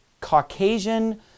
Caucasian